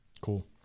Cool